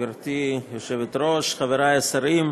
גברתי היושבת-ראש, חברי השרים,